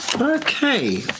Okay